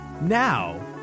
Now